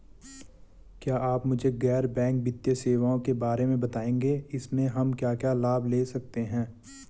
क्या आप मुझे गैर बैंक वित्तीय सेवाओं के बारे में बताएँगे इसमें हम क्या क्या लाभ ले सकते हैं?